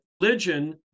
religion